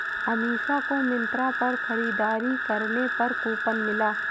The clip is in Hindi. अमीषा को मिंत्रा पर खरीदारी करने पर कूपन मिला